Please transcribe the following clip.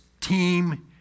Team